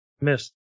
Missed